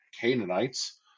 Canaanites